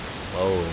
slow